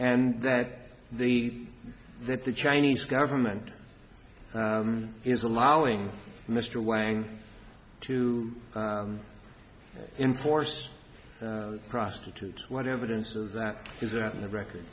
and that the that the chinese government is allowing mr wang to enforce a prostitute what evidence of that is that the record